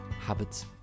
habits